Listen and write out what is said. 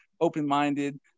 open-minded